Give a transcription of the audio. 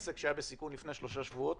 שעסק שהיה בסיכון לפני שלושה שבועות,